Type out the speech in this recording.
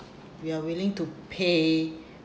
we are willing to pay